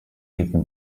given